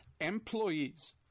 Employees